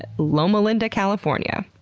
loma linda, california!